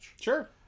Sure